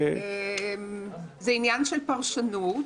זה עניין של פרשנות.